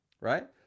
right